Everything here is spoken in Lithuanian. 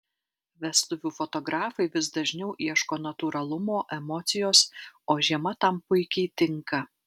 vestuvių fotografai vis dažniau ieško natūralumo emocijos o žiema tam puikiai tinka